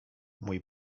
mój